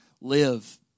live